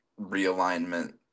realignment